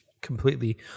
completely